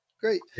Great